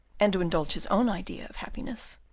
and to indulge his own idea of happiness,